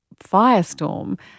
firestorm